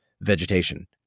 vegetation